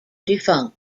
defunct